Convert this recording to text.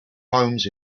homes